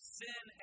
sin